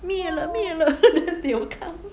灭了灭了 they will come